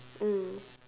mm